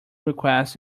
requests